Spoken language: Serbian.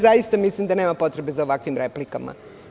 Zaista mislim da nema potrebe za ovakvim replikama.